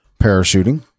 parachuting